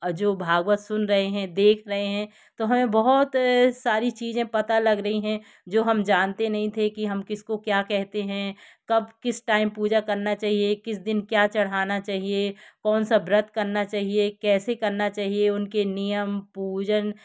जो भागवत सुन रहे हैं देख रहे हैं तो हमें बहुत सारी चीज़ें पता लग रही हैं जो हम जानते नहीं थे कि हम किसको क्या कहते हैं कब किस टाइम पूजा करना चाहिए किस दिन क्या चढ़ाना चाहिए कौन सा व्रत करना चाहिए कैसे करना चाहिए उनके नियम पूजन